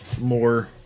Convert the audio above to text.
more